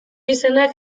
izenak